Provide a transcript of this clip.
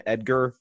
Edgar